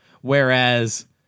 Whereas